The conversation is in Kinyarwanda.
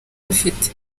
afite